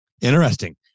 Interesting